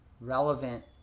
relevant